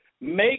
make